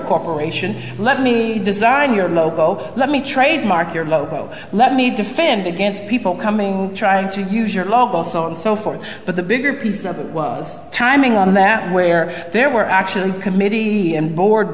cooperation let me design your logo let me trademark your logo let me defend against people coming trying to use your local saw and so forth but the bigger piece of it was timing on that where there were actually committee and board